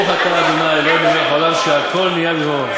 ברוך אתה ה' אלוהינו מלך העולם שהכול נהיה בדברו.